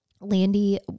Landy